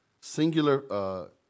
singular